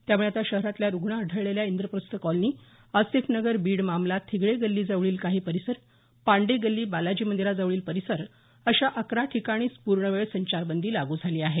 त्यामुळे आता शहरातल्या रुग्ण आढळलेल्या इंद्रप्रस्थ कॉलनी आसेफनगर बीड मामला थिगळे गल्ली जवळील काही परिसर पांडे गल्ली बालाजी मंदिरा जवळील परिसर अशा अकरा ठिकाणीचं पूर्ण वेळ संचारबंदी लागू झाली आहे